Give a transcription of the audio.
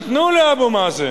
נתנו לאבו מאזן,